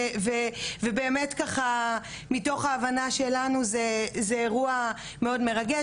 ובאמת ככה מתוך ההבנה שלנו זה אירוע מאוד מרגש,